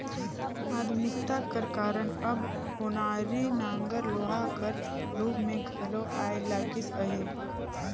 आधुनिकता कर कारन अब ओनारी नांगर लोहा कर रूप मे घलो आए लगिस अहे